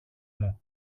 μου